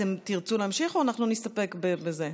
אתם תרצו להמשיך או שאנחנו נסתפק בזה?